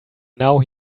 now